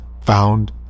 found